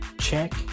check